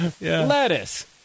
Lettuce